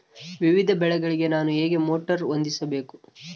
ವಿವಿಧ ಬೆಳೆಗಳಿಗೆ ನಾನು ಹೇಗೆ ಮೋಟಾರ್ ಹೊಂದಿಸಬೇಕು?